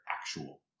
actual